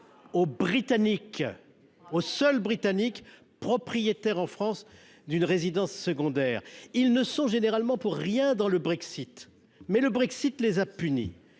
est réservée aux seuls Britanniques, propriétaires en France d’une résidence secondaire. Ils ne sont généralement pour rien dans le Brexit, mais celui ci les a punis